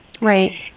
Right